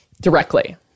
directly